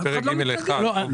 פרק ג'1.